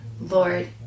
Lord